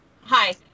Hi